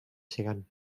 segan